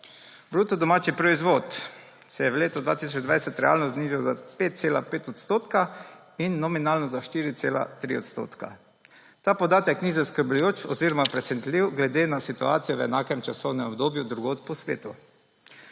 Bruto domači proizvod se je v letu 2020 realno znižal za 5,5 % in nominalno za 4.3 %. Ta podatek ni zaskrbljujoč oziroma presenetljiv, glede na situacijo v enakem časovnem obdobju drugod po svetu.